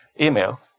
email